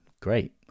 great